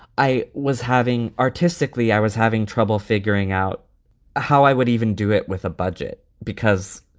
i was having artistically i was having trouble figuring out how i would even do it with a budget because